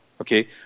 Okay